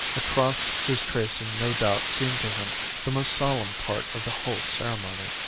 a cross whose tracing no doubt seemed to him the most solemn part of the whole ceremony,